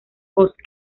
post